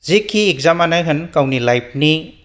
जेखि एक्जामानो होन गावनि लाइफनि